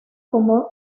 como